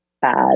bad